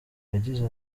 yagize